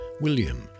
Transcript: William